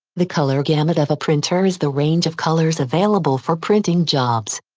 the color gamut of a printer is the range of colors available for printing jobs.